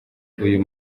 uyu